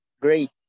Great